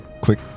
Quick